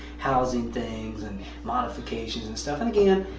housing things, and modifications and stuff and again,